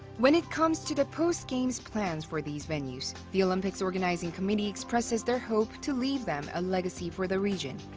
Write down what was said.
when it comes to the post-games plans for these venues, the olympics organizing committee expresses their hope to leave them as a legacy for the region.